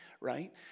right